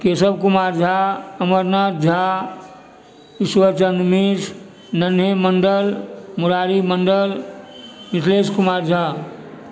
Keshav Kumar Jha Amarnath Jha Ishwarchandra Mishra Nanhe Mandal Murari Mandal Mithilesh Kumar Jha